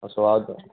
ছোৱাদ